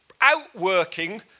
outworking